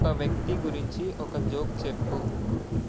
ఒక వ్యక్తి గురించి ఒక జోక్ చెప్పు